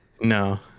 No